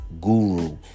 guru